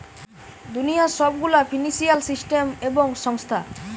দুনিয়ার সব গুলা ফিন্সিয়াল সিস্টেম এবং সংস্থা